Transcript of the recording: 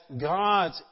God